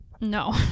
No